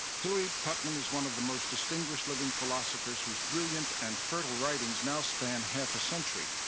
hilary putnam is one of the most distinguished living philosophers whose brilliant and fertile writings now span half a century.